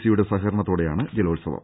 സിയുടെ സഹകരണത്തോടെയാണ് ജലോത്സവം